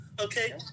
okay